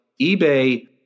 eBay